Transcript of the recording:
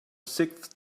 sixth